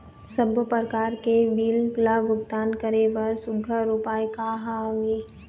सबों प्रकार के बिल ला भुगतान करे बर सुघ्घर उपाय का हा वे?